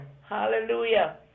hallelujah